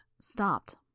stopped